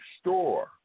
store